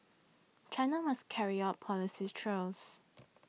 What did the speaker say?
China must carry out policies trials